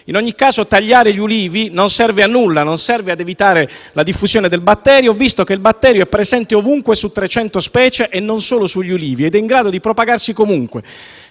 In ogni caso tagliare gli ulivi non serve a nulla, non serve ad evitare la diffusione del batterio, visto che il batterio è presente ovunque su 300 specie e non solo sugli ulivi ed è in grado di propagarsi comunque.